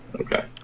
Okay